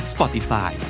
Spotify